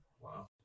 Wow